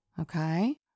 Okay